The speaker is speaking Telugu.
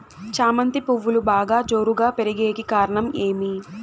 చామంతి పువ్వులు బాగా జోరుగా పెరిగేకి కారణం ఏమి?